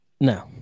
No